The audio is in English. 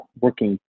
working